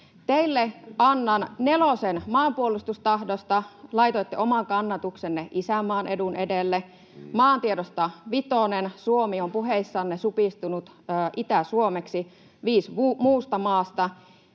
Teille annan nelosen maanpuolustustahdosta: laitoitte oman kannatuksenne isänmaan edun edelle. Maantiedosta vitonen: Suomi on puheissanne supistunut Itä-Suomeksi, viis muusta maasta.